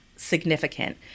significant